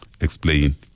explain